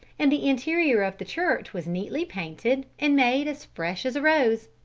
and the interior of the church was neatly painted and made as fresh as a rose.